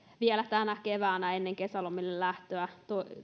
vielä tänä keväänä ennen kesälomille lähtöä